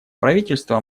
правительство